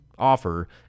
offer